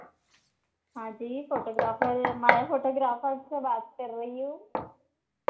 हाँ जी फ़ोटोग्राफर मैं फ़ोटोग्राफर से बात कर रही हूँ